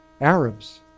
Arabs